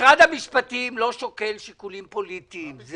משרד המשפטים לא שוקל שיקולים פוליטיים,